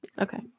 Okay